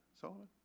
Solomon